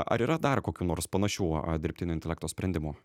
ar yra dar kokių nors panašių dirbtinio intelekto sprendimų